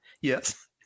Yes